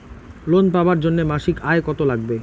Loan পাবার জন্যে মাসিক আয় কতো লাগবে?